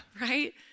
right